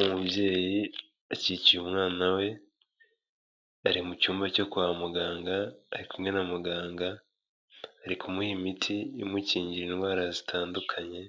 Umubyeyi ukikiye umwana we bari mu cyumba cyo kwa muganga ari kumwe na muganga, ari kumuha imiti imukingira indwara zitandukanye